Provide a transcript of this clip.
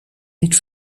niet